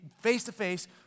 face-to-face